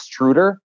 extruder